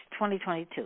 2022